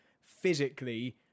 Physically